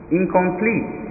incomplete